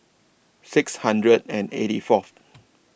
six hundred and eighty Fourth